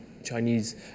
Chinese